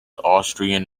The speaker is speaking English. austrian